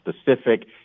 specific